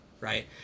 Right